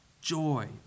joy